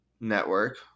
Network